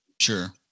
Sure